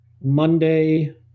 Monday